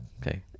Okay